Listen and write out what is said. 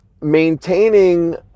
maintaining